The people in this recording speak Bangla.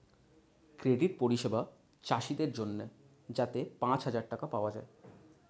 ক্রেডিট পরিষেবা চাষীদের জন্যে যাতে পাঁচ হাজার টাকা পাওয়া যায়